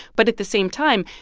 but at the same time,